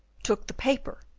took the paper,